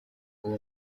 uwo